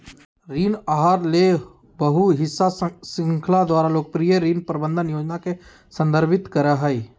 ऋण आहार ले बहु हिस्सा श्रृंखला द्वारा लोकप्रिय ऋण प्रबंधन योजना के संदर्भित करय हइ